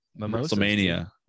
WrestleMania